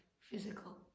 physical